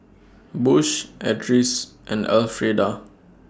Bush Edris and Elfrieda